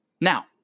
Now